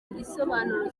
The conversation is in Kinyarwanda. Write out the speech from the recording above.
igisobanuro